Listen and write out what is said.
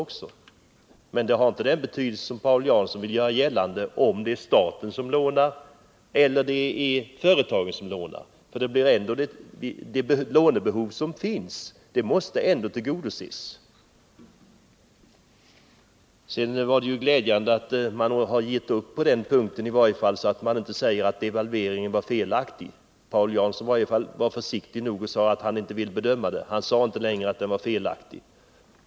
Det har emellertid inte den betydelse som Paul Jansson vill göra gällande om det är staten som lånar eller företagen som lånar. De lånebehov som finns måste ju ändå tillgodoses. Sedan var det glädjande att socialdemokraterna när det gäller devalveringen tydligen har gett upp och inte längre påstår att den var felaktig. Paul Jansson var försiktig nog att säga att han inte vill bedöma den. Han sade inte att den var felaktig.